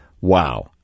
Wow